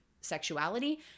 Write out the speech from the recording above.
sexuality